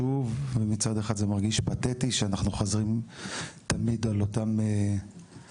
מצד אחד זה מרגיש פתטי כי אנחנו חוזרים תמיד על אותם איחולים,